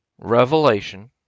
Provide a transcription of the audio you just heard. REVELATION